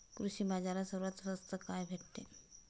कृषी बाजारात सर्वात स्वस्त काय भेटते?